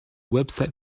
website